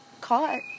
caught